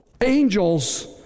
angels